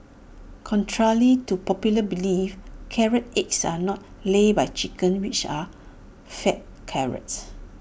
contrary to popular belief carrot eggs are not laid by chickens which are fed carrots